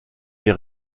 des